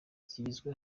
zigizwe